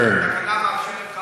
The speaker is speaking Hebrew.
התקנה מאפשרת,